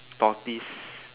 tortoise